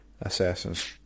Assassin's